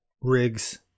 rigs